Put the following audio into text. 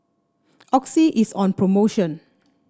Oxy is on promotion